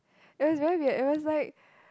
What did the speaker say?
it was very weird it was like